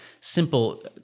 simple